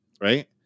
Right